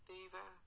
Fever